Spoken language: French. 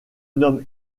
nomme